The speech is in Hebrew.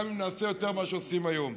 גם אם נעשה יותר ממה שעושים היום.